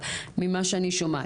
ואני הצעתי את